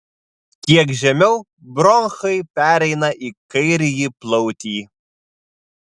kiek žemiau bronchai pereina į kairįjį plautį